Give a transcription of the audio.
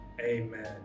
amen